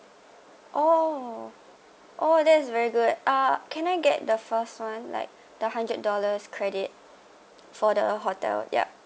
oh oh that's very good uh can I get the first one like the one hundred dollars credit for the hotel yup